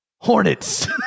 hornets